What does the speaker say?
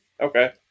okay